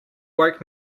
woke